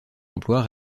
emplois